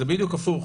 זה בדיוק הפוך.